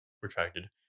retracted